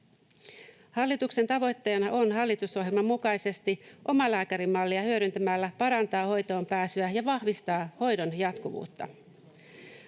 Hallituksen tavoitteena on hallitusohjelman mukaisesti omalääkärimallia hyödyntämällä parantaa hoitoonpääsyä ja vahvistaa hoidon jatkuvuutta.